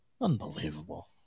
Unbelievable